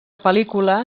pel·lícula